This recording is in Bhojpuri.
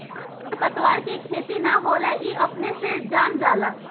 खर पतवार के खेती ना होला ई अपने से जाम जाला